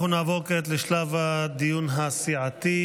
אנחנו נעבור כעת לשלב הדיון הסיעתי.